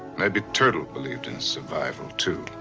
maybe turtle believed in survival, too.